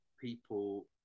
people